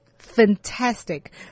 Fantastic